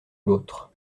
l’autre